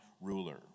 ruler